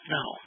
No